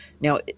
Now